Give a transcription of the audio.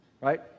right